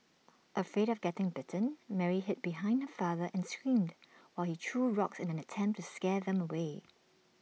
afraid of getting bitten Mary hid behind her father and screamed while he threw rocks in an attempt to scare them away